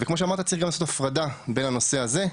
וכמו שאמרת צריך לעשות הפרדה בין הנושא הזה,